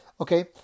Okay